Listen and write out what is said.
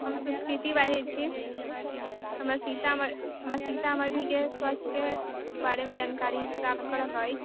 हम सुकृति बाजै छी हमरा सीतामढ़ी के स्वास्थ के बारे मे जानकारी प्राप्त करऽ के अछि